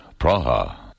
Praha